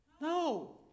No